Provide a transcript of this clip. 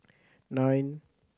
nine